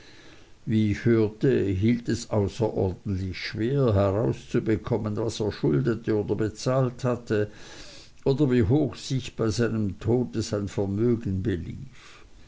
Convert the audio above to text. wie ich hörte hielt es außerordentlich schwer herauszubekommen was er schuldete oder bezahlt hatte oder wie hoch sich bei seinem tode sein vermögen belief